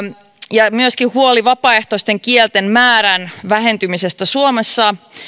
ja myöskin huoli vapaaehtoisten kielten määrän vähentymisestä suomessa